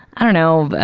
i don't know,